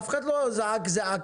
אף אחד לא זעק זעקה.